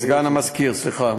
סגן המזכירה, סליחה.